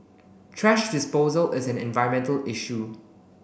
thrash disposal is an environmental issue